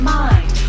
mind